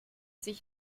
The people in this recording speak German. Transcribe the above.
sich